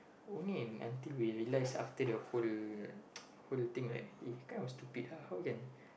only in until we realise after the whole whole thing right is kind of stupid ah how can